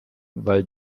weil